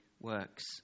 works